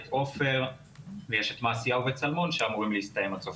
את עופר ויש את מעשיהו וצלמון שאמורים להסתיים עד סוף